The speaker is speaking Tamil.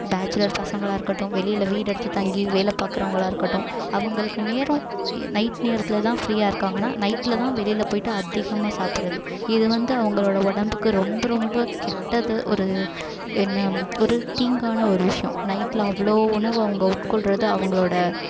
பேச்சுலர் பசங்களாக இருக்கட்டும் வெளியில் வீடு எடுத்து தங்கி வேலை பார்க்கறவுங்களா இருக்கட்டும் அவங்களுக்கு நேரம் நைட் நேரத்தில் தான் ஃப்ரீயாக இருக்காங்கன்னா நைட்டில் தான் வெளியில் போயிட்டு அதிகமாக சாப்பிட்றது இது வந்து அவங்களோட உடம்புக்கு ரொம்ப ரொம்ப கெட்டது ஒரு என்ன ஒரு தீங்கான ஒரு விஷ்யம் நைட்டில் அவ்வளோ உணவு அவங்க உட்கொள்கிறது அவங்களோட